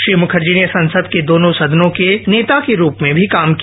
श्री मुखर्जी ने संसद के दोनों सदनों के नेता के रूप में भी काम किया